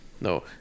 No